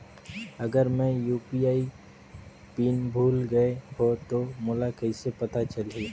अगर मैं UPI PIN भुल गये हो तो मोला कइसे पता चलही?